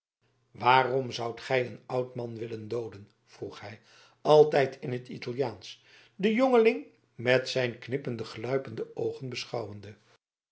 waarom zoudt gij een oud man willen dooden vroeg hij altijd in t italiaansch den jongeling met zijn knippende gluipende oogen beschouwende